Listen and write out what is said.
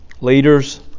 leaders